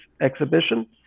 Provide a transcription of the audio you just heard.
exhibition